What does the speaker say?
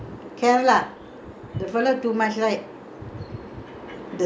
ya lah we went to so many places we went to this [what] kerala